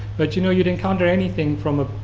but you know you'd encounter anything from a.